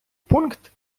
пункт